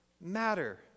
matter